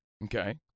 Okay